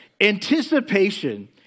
Anticipation